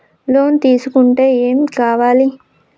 Loan తీసుకుంటే ఏం కావాలి?